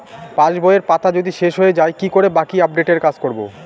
পাসবইয়ের পাতা যদি শেষ হয়ে য়ায় কি করে বাকী আপডেটের কাজ করব?